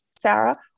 Sarah